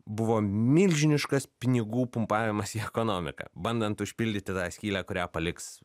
buvo milžiniškas pinigų pumpavimas į ekonomiką bandant užpildyti tą skylę kurią paliks